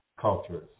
cultures